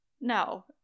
no